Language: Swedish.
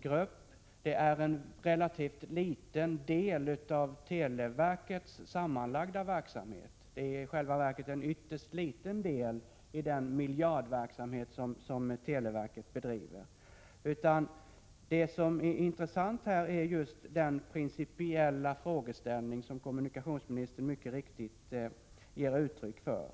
grupp och som utgör en förhållandevis liten del av televerkets sammanlagda verksamhet—det är i själva verket fråga om en ytterst liten del av den miljardverksamhet som televerket bedriver. Det som är intressant är just den principiella frågeställningen, som kommunikationsministern också har givit uttryck för.